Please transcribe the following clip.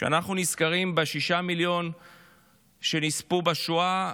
כשאנחנו נזכרים בשישה מיליון שנספו בשואה,